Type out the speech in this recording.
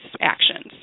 actions